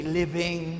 living